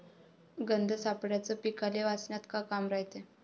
गंध सापळ्याचं पीकाले वाचवन्यात का काम रायते?